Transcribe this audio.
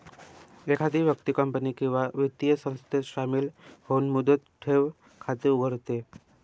एखादी व्यक्ती कंपनी किंवा वित्तीय संस्थेत शामिल होऊन मुदत ठेव खाते उघडते